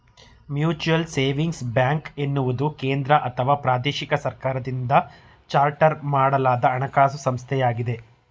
mutual savings bank ಎನ್ನುವುದು ಕೇಂದ್ರಅಥವಾ ಪ್ರಾದೇಶಿಕ ಸರ್ಕಾರದಿಂದ ಚಾರ್ಟರ್ ಮಾಡಲಾದ ಹಣಕಾಸು ಸಂಸ್ಥೆಯಾಗಿದೆ